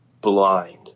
blind